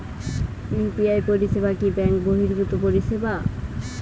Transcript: UPI পরিসেবা কি ব্যাঙ্ক বর্হিভুত পরিসেবা?